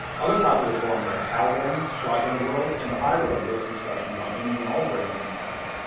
other popular forums like calguns, shotgun world, and the high road host discussions on any and all brands and models.